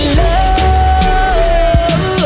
love